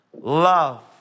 Love